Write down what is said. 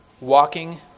walking